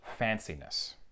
fanciness